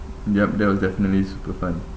yup that was definitely super fun